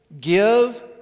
give